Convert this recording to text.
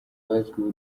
bazwiho